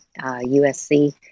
USC